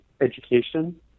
education